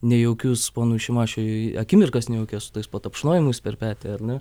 nejaukius ponui šimašiui akimirkas nejaukias patapšnojimus per petį ar ne